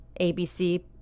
ABC